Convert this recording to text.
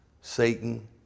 Satan